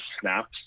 snaps